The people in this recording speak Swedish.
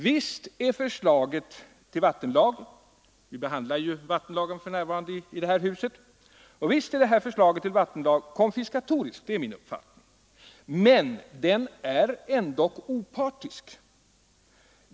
Visst är förslaget till vattenlag konfiskatoriskt — i det här huset behandlar vi ju för närvarande vattenlagen — men den lagen är ändå opartisk.